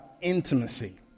intimacy